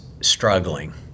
struggling